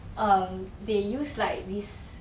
um they use like this